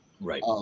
Right